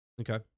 Okay